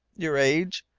your age?